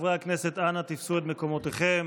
חברי הכנסת, אנא תפסו את מקומותיכם.